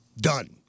Done